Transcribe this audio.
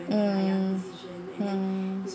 mm mm